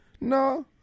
No